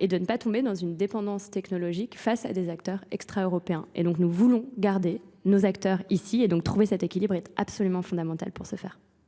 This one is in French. et de ne pas tomber dans une dépendance technologique face à des acteurs extra-européens. Et donc nous voulons garder nos acteurs ici et donc trouver cet équilibre est absolument fondamental pour ce faire.